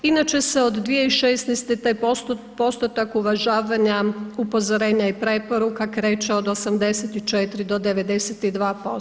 Inače se od 2016. taj postotak uvažavanja, upozorenja i preporuka kreće od 84 do 92%